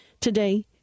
today